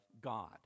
God